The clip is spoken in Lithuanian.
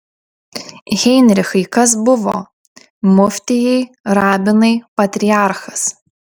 heinrichai kas buvo muftijai rabinai patriarchas